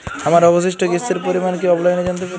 আমার অবশিষ্ট কিস্তির পরিমাণ কি অফলাইনে জানতে পারি?